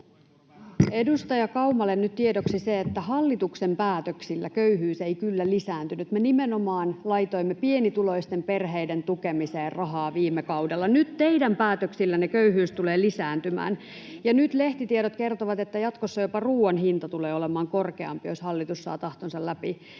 Edustaja Kaumalle nyt tiedoksi se, että hallituksen päätöksillä köyhyys ei kyllä lisääntynyt. Me nimenomaan laitoimme pienituloisten perheiden tukemiseen rahaa viime kaudella, nyt teidän päätöksillänne köyhyys tulee lisääntymään. Ja nyt lehtitiedot kertovat, että jatkossa jopa ruuan hinta tulee olemaan korkeampi, jos hallitus saa tahtonsa läpi.